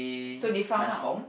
so they found out